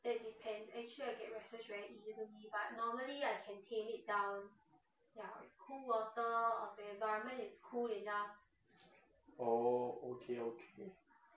oh okay okay